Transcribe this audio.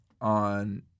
on